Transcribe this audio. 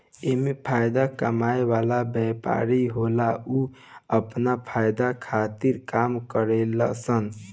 एमे फायदा कमाए वाला व्यापारी होला उ आपन फायदा खातिर काम करेले सन